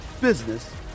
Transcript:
business